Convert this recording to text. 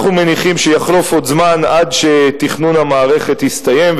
אנחנו מניחים שיחלוף עוד זמן עד שתכנון המערכת יסתיים,